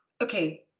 okay